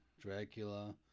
Dracula